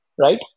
right